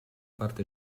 parte